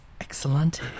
Excellent